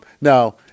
now